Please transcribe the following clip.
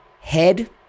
head